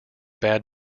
bad